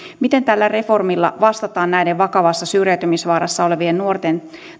miten tällä reformilla vastataan näiden vakavassa syrjäytymisvaarassa olevien nuorten